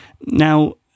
Now